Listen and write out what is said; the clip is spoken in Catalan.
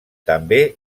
també